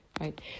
right